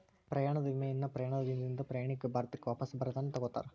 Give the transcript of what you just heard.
ಪ್ರಯಾಣದ ವಿಮೆಯನ್ನ ಪ್ರಯಾಣದ ದಿನದಿಂದ ಪ್ರಯಾಣಿಕ ಭಾರತಕ್ಕ ವಾಪಸ್ ಬರತನ ತೊಗೋತಾರ